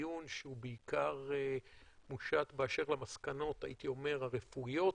דיון שבעיקר מושת באשר למסקנות הרפואיות,